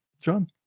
John